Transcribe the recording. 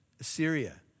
Assyria